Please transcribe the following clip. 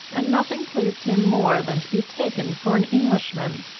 and nothing pleased him more than to be taken for an englishman.